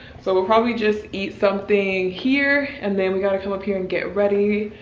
so we'll probably just eat something here and then we gotta come up here and get ready.